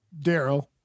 Daryl